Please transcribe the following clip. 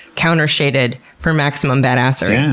counter-shaded for maximum bad-assery. yeah